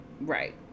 Right